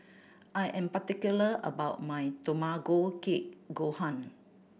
I am particular about my Tamago Kake Gohan